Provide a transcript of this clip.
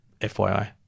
FYI